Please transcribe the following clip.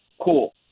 Cool